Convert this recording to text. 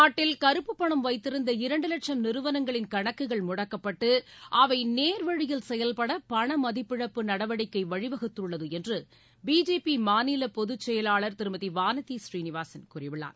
நாட்டில் கறப்பு பணம் வைத்திருந்த இரண்டு வட்சம் நிறுவனங்களின் கணக்குகள் முடக்கப்பட்டு அவை நேர் வழியில் செயல்பட பணமதிப்பிழப்பு நடவடிக்கை வழிவகுத்துள்ளது என்று பிஜேபி மாநில பொதுச்செயலாளர் திருமதி வானதி சீனிவாசன் கூறியுள்ளார்